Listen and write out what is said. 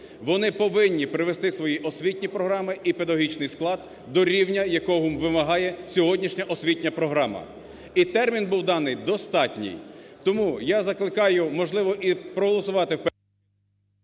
Вони повинні привести свої освітні програми і педагогічний склад до рівня, якого вимагає сьогоднішня освітня програма. І термін був даний достатній. Тому я закликаю, можливо, і проголосувати в першому…